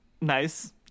nice